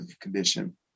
condition